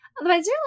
otherwise